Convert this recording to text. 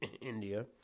India